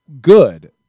good